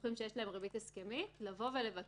לזוכים שיש להם ריבית הסכמית לבוא ולבקש